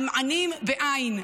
על מענים בעין,